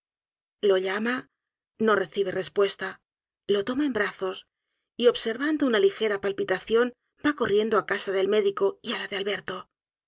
lo llama no recibe respuesta lo toma en brazos y observando una ligera palpitación va corriendo á casa del médico y á la de alberto